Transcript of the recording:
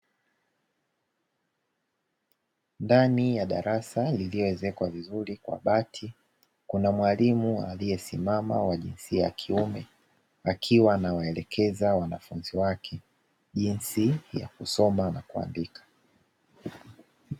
Ndani ya darasa lililoezekwa vizuri kwa bati, kuna mwalimu aliyesimama wa jinsia ya kiume, akiwa anawaelekeza wanafunzi wake jinsi ya kusoma na kuandika.